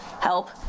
help